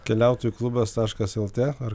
keliautojų klubas taškas lt ar